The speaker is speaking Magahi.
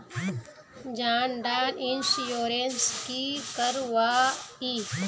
जान डार इंश्योरेंस की करवा ई?